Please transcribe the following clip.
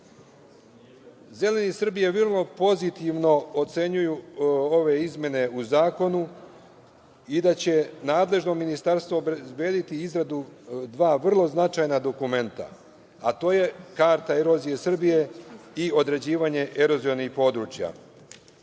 Srbije vrlo pozitivno ocenjuju ove izmene u zakonu i da će nadležno ministarstvo obezbediti izradu dva vrlo značajna dokumenta, a to je karta erozije Srbije i određivanje erozionih područja.